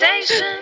Station